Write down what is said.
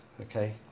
Okay